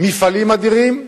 מפעלים אדירים,